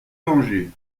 dangers